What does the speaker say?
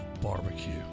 Barbecue